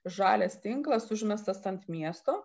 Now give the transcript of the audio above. žalias tinklas užmestas ant miesto